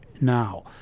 now